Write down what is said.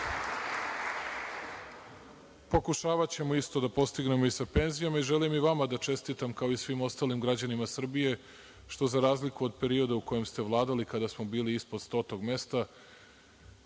ranije. Pokušavaćemo isto da postignemo i sa penzijama i želim i vama da čestitam, kao i svima ostalim građanima Srbije, što za razliku od perioda u kojem ste vladali, kada smo bili ispod stotog mesta,